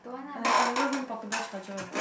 I ne~ I never bring portable charger